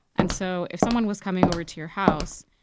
and so, if someone was coming over to your house,